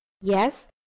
Yes